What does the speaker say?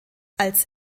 als